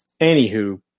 Anywho